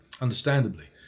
understandably